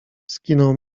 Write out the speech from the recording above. skinął